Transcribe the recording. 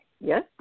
Yes